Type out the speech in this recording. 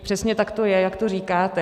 Přesně tak to je, jak to říkáte.